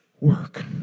work